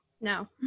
No